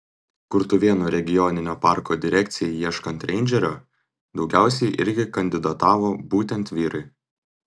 kurtuvėnų regioninio parko direkcijai ieškant reindžerio daugiausiai irgi kandidatavo būtent vyrai